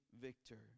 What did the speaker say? victor